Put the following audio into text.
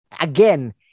again